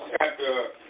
chapter